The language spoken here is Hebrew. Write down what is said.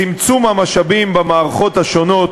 צמצום המשאבים במערכות השונות,